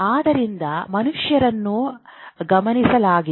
ಆದ್ದರಿಂದ ಮನುಷ್ಯರನ್ನು ಗಮನಿಸಲಾಗಿದೆ